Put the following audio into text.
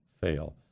fail